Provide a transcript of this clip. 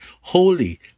holy